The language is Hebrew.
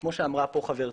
כפי שאמרה חברתי,